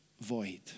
void